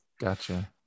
gotcha